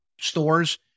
stores